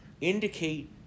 indicate